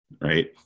right